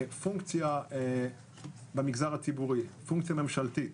פונקציה במגזר הציבורי, פונקציה ממשלתית